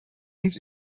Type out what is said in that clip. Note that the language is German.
uns